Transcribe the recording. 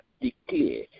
declare